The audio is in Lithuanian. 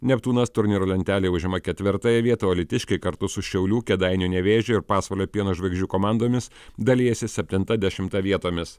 neptūnas turnyro lentelėj užima ketvirtąją vietą o alytiškiai kartu su šiaulių kėdainių nevėžio ir pasvalio pieno žvaigždžių komandomis dalijasi septinta dešimta vietomis